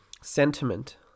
sentiment